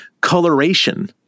coloration